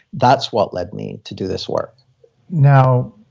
that's what led me to do this work now,